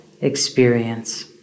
experience